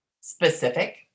specific